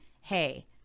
hey